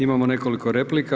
Imamo nekoliko replika.